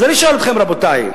אז אני שואל אתכם, רבותי.